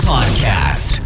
Podcast